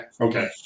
Okay